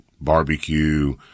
barbecue